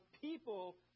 people